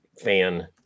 fan